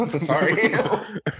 sorry